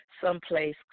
someplace